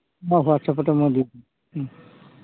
মই হোৱাটছআপতে মই দি দিম